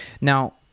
now